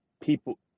people